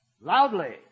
loudly